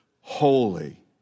holy